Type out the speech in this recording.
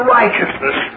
righteousness